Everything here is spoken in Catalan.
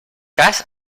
cas